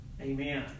Amen